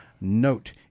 Note